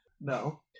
No